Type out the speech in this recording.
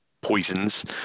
poisons